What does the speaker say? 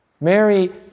Mary